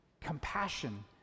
compassion